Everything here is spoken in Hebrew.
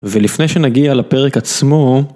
ולפני שנגיע לפרק עצמו.